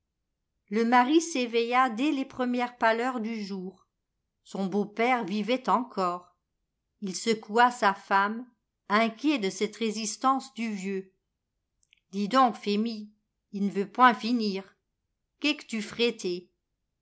le mari s'éveilla dès les premières pâleurs du jour son beau-père vivait encore ii secoua sa femme inquiet de cette résistance du vieux dis donc phémie i n veut point finir que qu tu frais té